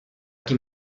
kým